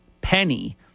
penny